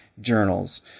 journals